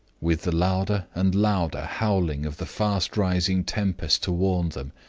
with the louder and louder howling of the fast-rising tempest to warn them,